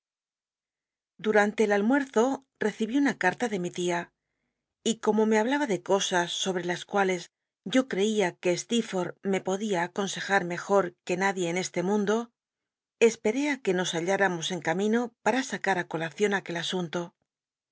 durante el almuerzo recibí una c y como me hablaba ele cosas sobre las cuales yo c eia que stcerfor'lh me podia aco nsejar mcjot que nadie en este mundo esperé ú que nos halhimmos en camino p na sacm ú colacion aquel asunto